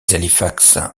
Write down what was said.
halifax